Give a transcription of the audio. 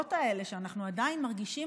והסערות האלה שאנחנו עדיין מרגישים,